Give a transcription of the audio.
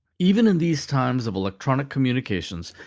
even in these times of electronic communications,